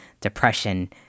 depression